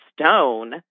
stone